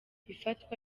ifatwa